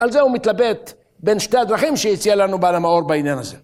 על זה הוא מתלבט בין שתי הדרכים שהציע לנו בעל המאור בעניין הזה.